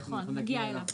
נכון, אנחנו נגיע אליו.